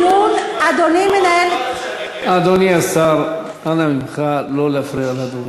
אדוני השר, אנא ממך, לא להפריע לדוברת.